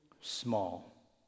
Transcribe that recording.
small